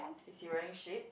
is he wearing shade